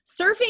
Surfing